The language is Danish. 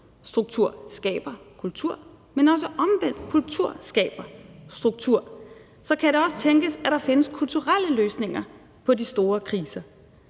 Struktur skaber kultur, men omvendt skaber kultur også struktur. Så kan det også tænkes, at der findes kulturelle løsninger på de store kriser?